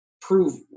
prove –